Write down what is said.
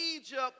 Egypt